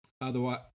otherwise